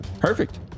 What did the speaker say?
Perfect